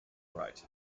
right